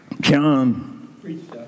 John